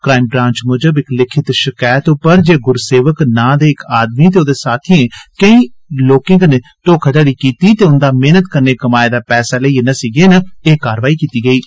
crime branch मूज़ब इक लिखित शकैत पर जे गुरसेवक ना दे इक आदमी ते ओह्दे साथी केई लोकें कन्नै धोखाधड़ी करदे हाई उंदे मेहनत कन्नै कमाए दा पैसा लेइयै नस्सी गे न एह कारवाई कीती गेई ऐ